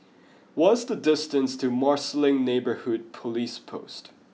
what's the distance to Marsiling Neighbourhood Police Post